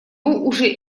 уже